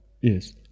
Yes